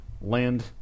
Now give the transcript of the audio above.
land